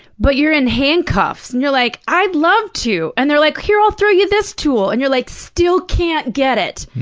but you're in handcuffs, and you're like, i'd love to! and they're like, here, i'll throw you this tool! and you're like, still can't get it!